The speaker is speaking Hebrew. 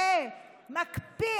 כדאי שתקשיב.